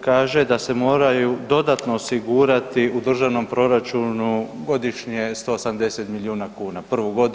kaže da se moraju dodatno osigurati u državnom proračunu godišnje 180 milijuna kuna prvu godinu.